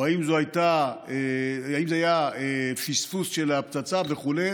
או אם זה היה פספוס של הפצצה וכו'